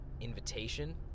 invitation